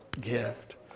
gift